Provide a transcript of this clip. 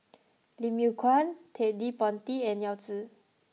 Lim Yew Kuan Ted De Ponti and Yao Zi